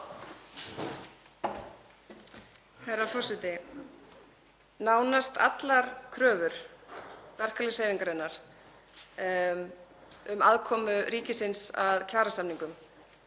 Herra forseti. Nánast allar kröfur verkalýðshreyfingarinnar um aðkomu ríkisins að kjarasamningum